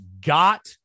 got